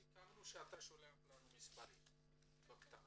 סיכמנו שאתה שולח לנו מספרים בכתב.